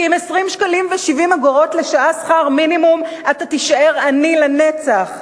כי עם 20 שקלים ו-70 אגורות לשעה שכר מינימום אתה תישאר עני לנצח,